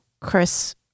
Chris